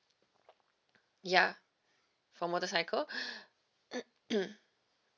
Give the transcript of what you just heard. ya for motorcycle